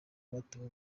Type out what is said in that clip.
batowe